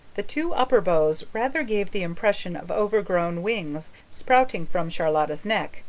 the two upper bows rather gave the impression of overgrown wings sprouting from charlotta's neck,